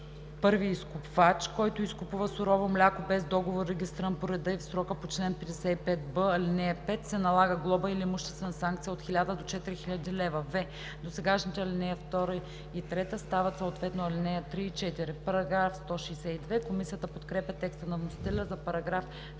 първи изкупвач, който изкупува сурово мляко без договор, регистриран по реда и в срока по чл. 55б, ал. 5, се налага глоба или имуществена санкция от 1000 до 4000 лв.“ в) досегашните ал. 2 и 3 стават съответно ал. 3 и 4.“ Комисията подкрепя текста на вносителя за § 162,